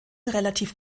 relativ